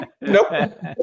Nope